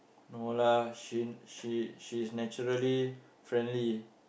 no lah she she she's naturally friendly